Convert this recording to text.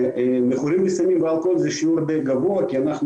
למכורים לסמים ולאלכוהול זה שיעור די גבוה כי אנחנו